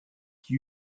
qui